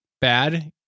bad